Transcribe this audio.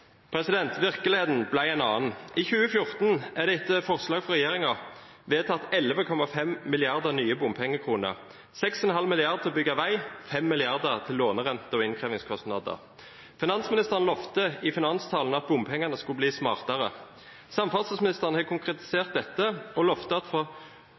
Virkeligheten ble en annen. I 2014 er det etter forslag fra regjeringen vedtatt 11,5 mrd. nye bompengekroner – 6,5 mrd. kr til å bygge vei og 5 mrd. kr til lånerente og innkrevingskostnader. Finansministeren lovte i finanstalen at bompengeinnkrevingen skulle bli smartere. Samferdselsministeren har konkretisert dette og lovte at